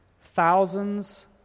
thousands